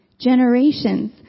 generations